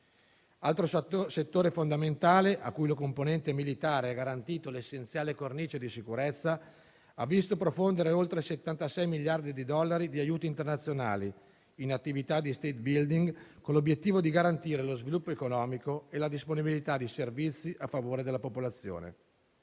altro settore fondamentale, a cui la componente militare ha garantito l'essenziale cornice di sicurezza, ha visto profondere oltre 76 miliardi di dollari di aiuti internazionali in attività di *state building*, con l'obiettivo di garantire lo sviluppo economico e la disponibilità di servizi a favore della popolazione.